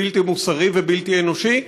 בלתי מוסרי ובלתי אנושי,